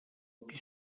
pis